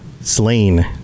slain